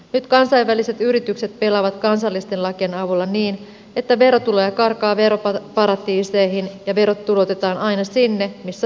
nyt kansainväliset yritykset pelaavat kansallisten lakien avulla niin että verotuloja karkaa veroparatiiseihin ja verot tuloutetaan aina sinne missä verotus on keveintä